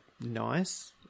nice